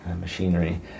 machinery